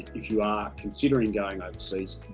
if you are considering going overseas,